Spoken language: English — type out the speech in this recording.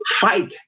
Fight